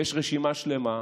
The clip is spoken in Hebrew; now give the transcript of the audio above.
ויש רשימה שלמה,